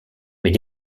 mais